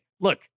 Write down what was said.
look